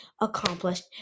accomplished